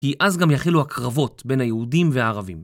כי אז גם יחלו הקרבות בין היהודים וערבים.